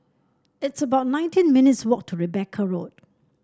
it's about nineteen minutes' walk to Rebecca Road